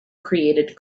created